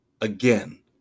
Again